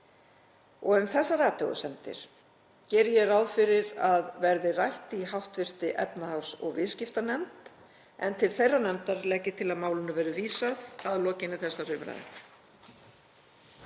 Um þessar athugasemdir geri ég ráð fyrir að verði rætt í hv. efnahags- og viðskiptanefnd en til þeirrar nefndar legg ég til að málinu verði vísað að lokinni þessari umræðu.